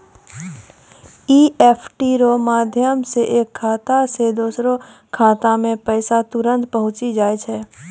EFT रो माध्यम से एक खाता से दोसरो खातामे पैसा तुरंत पहुंचि जाय छै